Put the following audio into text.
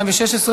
התשע"ו 2016,